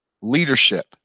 Leadership